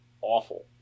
awful